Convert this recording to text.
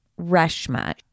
Reshma